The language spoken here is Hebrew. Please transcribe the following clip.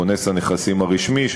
כונס הנכסים הרשמי,